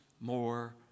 more